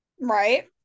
Right